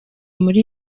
muri